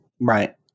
Right